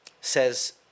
says